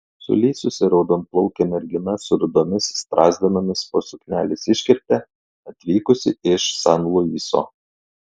sulysusi raudonplaukė mergina su rudomis strazdanomis po suknelės iškirpte atvykusi iš san luiso